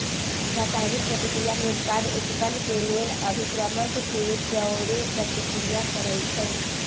रसायनिक प्रतिक्रिया में उत्पाद उत्पन्न केलेल अभिक्रमक के जओरे प्रतिक्रिया करै छै